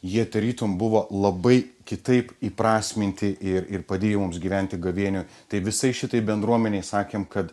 jie tarytum buvo labai kitaip įprasminti ir ir padėjo mums gyventi gavėnioj tai visai šitai bendruomenei sakėm kad